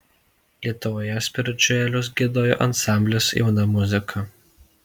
lietuvoje spiričiuelus giedojo ansamblis jauna muzika